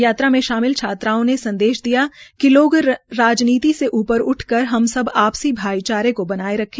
यात्रा में शामिल छात्राओं ने संदेश दिया कि लोग राजनीति से ऊपर उठकर हम सब आपसी भाईचारे को बनाएं रखें